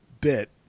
bit